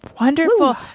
Wonderful